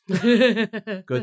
Good